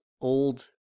old